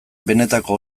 benetako